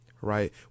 right